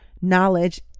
knowledge